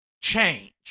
change